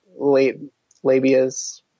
labias